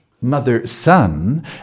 mother-son